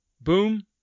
Boom